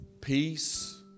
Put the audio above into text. peace